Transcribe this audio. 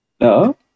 no